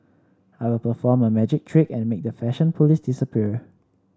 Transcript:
I will perform a magic trick and make the fashion police disappear